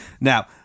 now